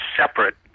separate